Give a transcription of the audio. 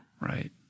Right